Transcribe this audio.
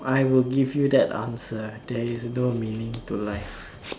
I will give you that answer there is no meaning to life